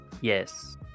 Yes